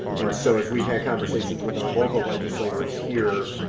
and so as we've had conversations with our local legislators here,